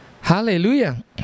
Hallelujah